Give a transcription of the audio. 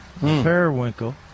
periwinkle